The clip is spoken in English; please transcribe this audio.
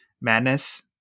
Madness